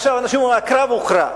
אנשים אומרים: הקרב הוכרע.